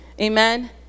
Amen